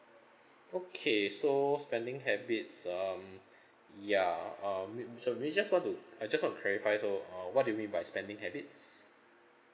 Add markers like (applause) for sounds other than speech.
okay so spending habits um (breath) ya um we we shall we just want to I just want to clarify also uh what do you mean by spending habits